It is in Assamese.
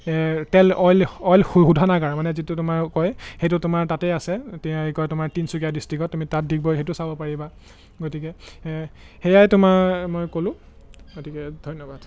তেল অইল অইল শোধনাগাৰ মানে যিটো তোমাৰ কয় সেইটো তোমাৰ তাতে আছে কি কয় তোমাৰ তিনিচুকীয়া ডিষ্ট্ৰিকত তুমি তাত ডিগবৈ সেইটো চাব পাৰিবা গতিকে সেয়াই তোমাৰ মই ক'লোঁ গতিকে ধন্যবাদ